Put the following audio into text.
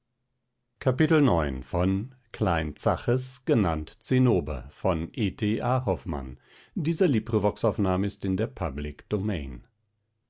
klein zaches ha